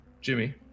Jimmy